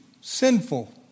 sinful